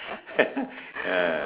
ah